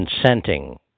consenting